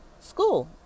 school